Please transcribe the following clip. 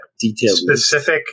specific